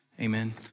Amen